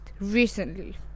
recently